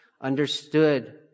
understood